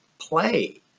play